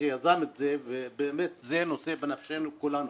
שיזם את זה, ובאמת זה נושא בנפשנו כולנו.